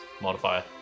modifier